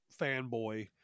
fanboy